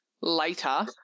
later